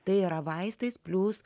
tai yra vaistais plius